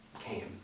came